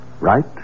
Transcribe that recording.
Right